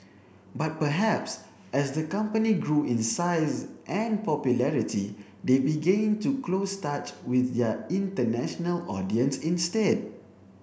but perhaps as the company grew in size and popularity they began to close touch with their international audience instead